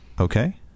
Okay